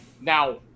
Now